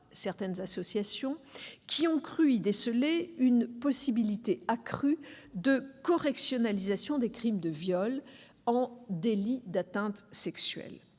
certaines associations, qui ont cru y déceler une possibilité accrue de correctionnalisation des crimes de viol en délits d'atteinte sexuelle.